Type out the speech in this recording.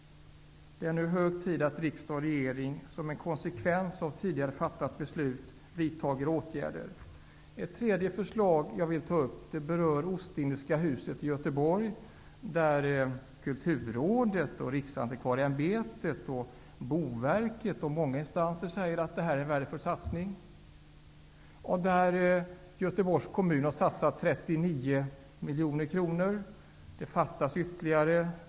Det är nu hög tid att riksdag och regering, som en konsekvens av tidigare fattat beslut, vidtar åtgärder. Det tredje förslag som jag vill ta upp berör Riksantikvarieämbetet, Boverket och många andra instanser säger att en satsning skulle vara värdefull. Göteborgs kommun har satsat 39 miljoner kronor.